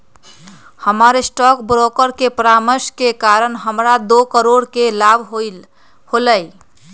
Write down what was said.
हमर stock broker के परामर्श के कारण हमरा दो करोड़ के लाभ होलय